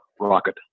rocket